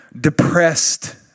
depressed